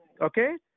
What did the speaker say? Okay